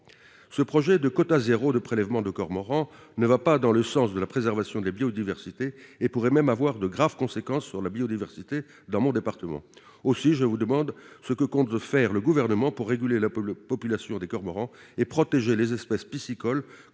Ce projet de « quota zéro » de prélèvement de cormorans ne va pas dans le sens de la préservation de la biodiversité et pourrait même avoir de graves conséquences sur celle-ci dans mon département. Aussi, je vous demande, madame la ministre, ce que compte faire le Gouvernement pour réguler la population des cormorans et protéger les espèces piscicoles